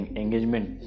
engagement